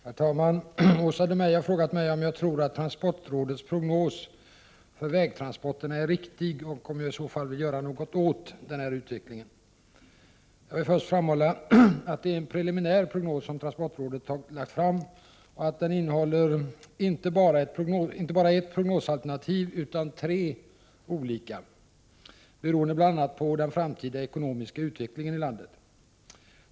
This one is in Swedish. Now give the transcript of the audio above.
Herr talman! Åsa Domeij har frågat mig om jag tror att transportrådets prognos för vägtransporterna är riktig och om jag i så fall vill göra något åt denna utveckling. Jag vill först framhålla att det är en preliminär prognos som transportrådet lagt fram och att den innehåller inte bara ett prognosalternativ utan tre olika, beroende bl.a. på den framtida ekonomiska utvecklingen i landet.